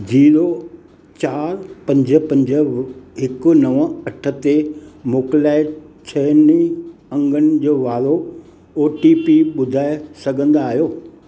zero चारि पंज पंज हिकु नव अठ ते मोकिलाइ छई अंगनि जो वारो ओ टी पी ॿुधाए सघंदा आहियो